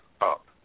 up